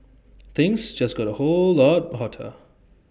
things just got A whole lot hotter